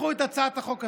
הצעת החוק הזו?